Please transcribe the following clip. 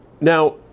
now